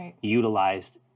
utilized